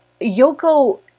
Yoko